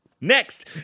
Next